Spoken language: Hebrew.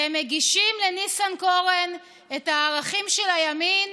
והם מגישים לניסנקורן את הערכים של הימין